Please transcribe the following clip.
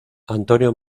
antonio